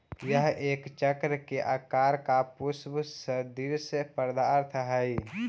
यह एक चक्र के आकार का पुष्प सदृश्य पदार्थ हई